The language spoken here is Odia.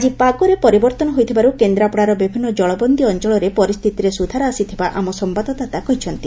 ଆକି ପାଗରେ ପରିବର୍ଭନ ହୋଇଥିବାରୁ କେନ୍ଦ୍ରାପଡ଼ାର ବିଭିନ୍ନ ଜଳବନ୍ଦୀ ଅଞ୍ଞଳରେ ପରିସ୍ଥିତିରେ ସୁଧାର ଆସିଥିବା ଆମ ସମ୍ଭାଦଦାତା କହିଛନ୍ତି